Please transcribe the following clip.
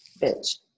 Bitch